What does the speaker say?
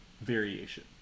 variation